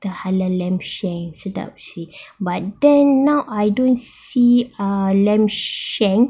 the halal lamb shank sedap seh but then now I don't see ah lamb shank